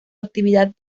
actividad